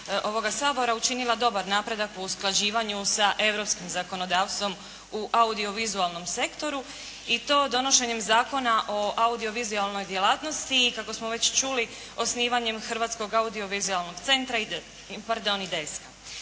ovoga sabora učinila dobar napredak u usklađivanju sa europskim zakonodavstvom u audio vizualnom sektoru i to donošenjem Zakona o audio vizualnoj djelatnosti i kako smo već čuli osnivanjem hrvatskog audio vizualnog centra i deska.